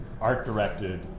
art-directed